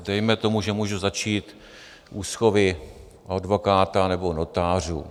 Dejme tomu, že můžu začít u úschovy u advokáta nebo notářů.